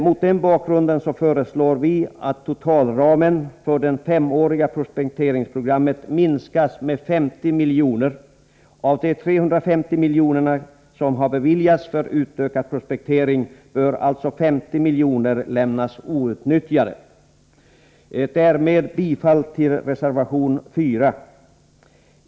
Mot den bakgrunden föreslår vi att totalramen för det femåriga prospekteringsprogrammet minskas med 50 milj.kr. Av de 300 milj.kr. som har beviljats för utökad prospektering bör alltså 50 milj.kr. lämnas outnyttjade. Därmed yrkar jag bifall till reservation 4.